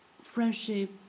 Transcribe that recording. friendship